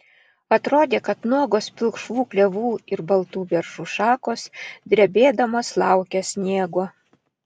atrodė kad nuogos pilkšvų klevų ir baltų beržų šakos drebėdamos laukia sniego